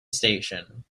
station